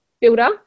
builder